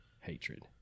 hatred